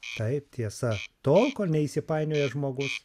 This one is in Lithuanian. taip tiesa tol kol neįsipainioja žmogus